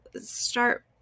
start